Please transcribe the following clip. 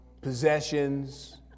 possessions